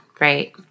right